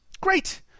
Great